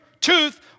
tooth